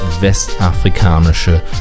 westafrikanische